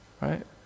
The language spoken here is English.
Right